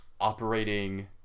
operating